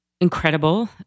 incredible